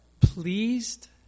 Pleased